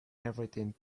everything